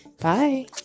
bye